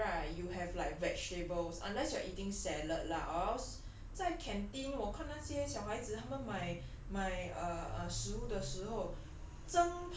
half of the plate right you have like vegetables unless you are eating salad lah or else 在 canteen 我看那些小孩子他们买买 err uh 食物的时候